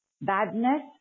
badness